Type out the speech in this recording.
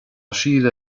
síle